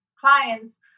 clients